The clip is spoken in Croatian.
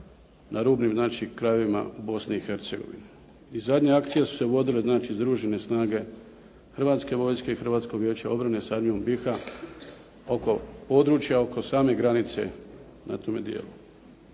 na rubnim znači krajevima Bosne i Hercegovine i zadnje akcije su se vodile, znači združene snage Hrvatske vojske i Hrvatskog vijeća obrane sa Armijom BiH oko područja oko same granice na tome dijelu.